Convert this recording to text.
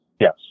Yes